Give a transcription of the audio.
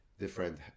different